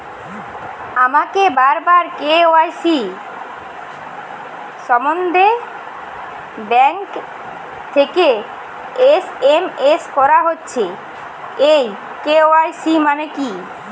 আমাকে বারবার কে.ওয়াই.সি সম্বন্ধে ব্যাংক থেকে এস.এম.এস করা হচ্ছে এই কে.ওয়াই.সি মানে কী?